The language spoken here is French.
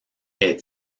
est